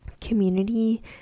community